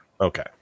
Okay